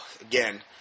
again